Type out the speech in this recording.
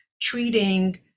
treating